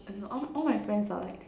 uh no all all my friends are like